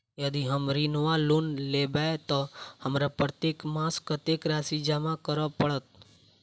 यदि हम ऋण वा लोन लेबै तऽ हमरा प्रत्येक मास कत्तेक राशि जमा करऽ पड़त?